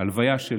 ההלוויה של